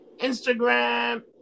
Instagram